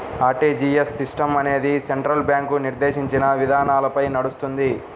RTGS system అనేది central bank నిర్దేశించిన విధానాలపై నడుస్తుంది